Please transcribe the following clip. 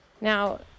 Now